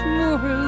more